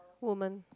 woman